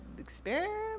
experiment?